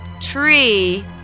tree